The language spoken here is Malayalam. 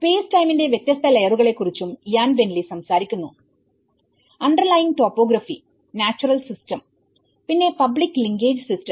സ്പേസ് ടൈമിന്റെ വ്യത്യസ്ത ലെയറുകളെ കുറിച്ചും ഇയാൻ ബെന്റ്ലി സംസാരിക്കുന്നു അണ്ടർലൈയിങ്ങ് ടോപ്പോഗ്രഫി നാച്ചുറൽ സിസ്റ്റം പിന്നെ പബ്ലിക് ലിങ്കേജ് സിസ്റ്റം